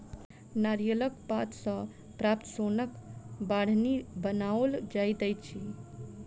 नारियलक पात सॅ प्राप्त सोनक बाढ़नि बनाओल जाइत अछि